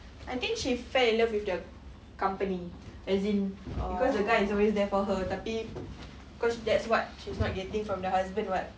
I think she fell in love with the company as in because the guy is always there for her tapi cause that's what she's not getting from the husband [what]